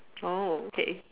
oh okay